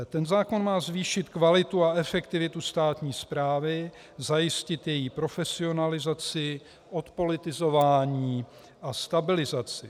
Ten zákon má zvýšit kvalitu a efektivitu státní správy, zajistit její profesionalizaci, odpolitizování a stabilizaci.